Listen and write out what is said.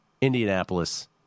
Indianapolis